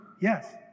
Yes